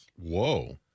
Whoa